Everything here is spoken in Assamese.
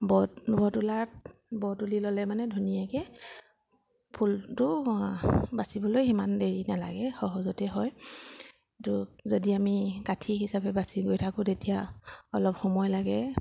ব ব তোলাৰ ব তুলি ল'লে মানে ধুনীয়াকৈ ফুলটো বাচিবলৈ সিমান দেৰি নালাগে সহজতে হয় তো যদি আমি কাঠি হিচাপে বাচি গৈ থাকোঁ তেতিয়া অলপ সময় লাগে